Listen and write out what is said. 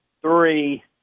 three